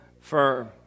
firm